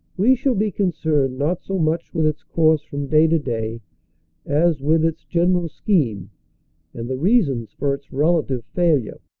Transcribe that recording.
we shall be concerned not so much with its course from day to day as with its general scheme and the reasons for its relative failure.